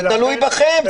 זה תלוי בכם.